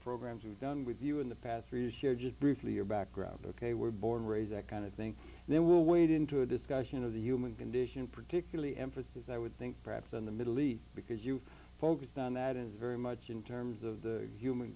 programs we've done with you in the past three years here just briefly your background ok were born raised that kind of think there will wade into a discussion of the human condition particularly emphasis i would think perhaps in the middle east because you focused on that as very much in terms of the human